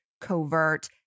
covert